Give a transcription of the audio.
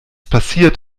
passiert